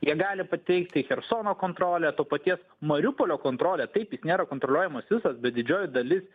jie gali pateikti chersono kontrolę to paties mariupolio kontrolę taip jis nėra kontroliuojamas visas bet didžioji dalis